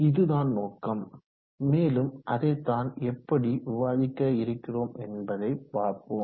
இதுதான் நோக்கம் மேலும் அதைத்தான் எப்படி விவாதிக்க இருக்கிறோம் என்பதை பார்ப்போம்